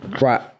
right